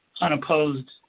unopposed